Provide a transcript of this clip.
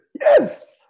Yes